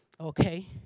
Okay